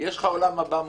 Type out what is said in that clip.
יש לך עולם הבא מובטח.